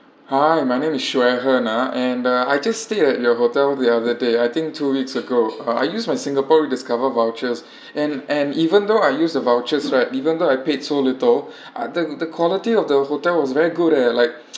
hi my name is xue hen ah and uh I just stayed at your hotel the other day I think two weeks ago uh I used my singapore rediscover vouchers and and even though I used the vouchers right even though I paid so little uh the the quality of the hotel was very good eh like